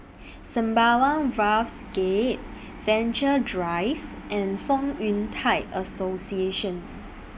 Sembawang Wharves Gate Venture Drive and Fong Yun Thai Association